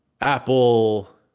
Apple